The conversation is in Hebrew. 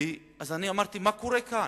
אז אני אמרתי: מה קורה כאן?